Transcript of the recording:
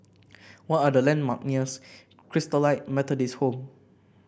what are the landmark nears Christalite Methodist Home